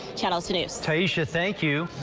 channel two's taisha. thank you.